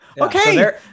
okay